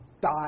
die